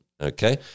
okay